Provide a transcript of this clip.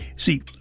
See